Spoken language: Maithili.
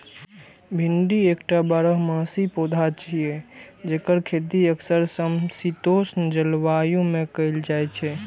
भिंडी एकटा बारहमासी पौधा छियै, जेकर खेती अक्सर समशीतोष्ण जलवायु मे कैल जाइ छै